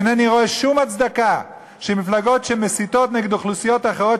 איני רואה שום הצדקה שמפלגות שמסיתות נגד אוכלוסיות אחרות,